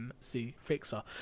mcfixer